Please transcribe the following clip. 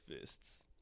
fists